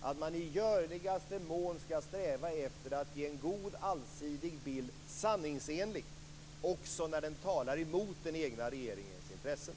att man i görligaste mån skall sträva efter att ge en god allsidig bild som är sanningsenlig också när den talar emot den egna regeringens intressen.